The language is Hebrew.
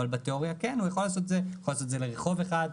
אבל בתיאוריה כן הוא יכול לעשות את זה לרחוב אחד,